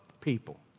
people